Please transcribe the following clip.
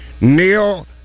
neil